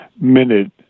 minute